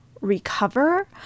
recover